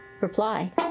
reply